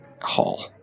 hall